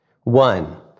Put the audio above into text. One